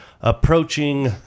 approaching